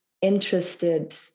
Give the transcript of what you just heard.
interested